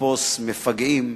לתפוס מפגעים,